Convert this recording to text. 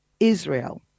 Israel